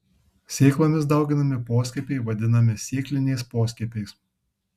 sėklomis dauginami poskiepiai vadinami sėkliniais poskiepiais